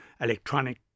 electronic